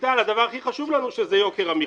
שליטה על הדבר הכי חשוב לנו שזה יוקר המחיה.